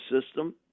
system